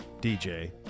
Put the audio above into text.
dj